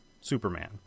superman